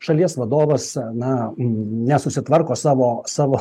šalies vadovas na nesusitvarko savo savo